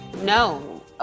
No